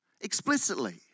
explicitly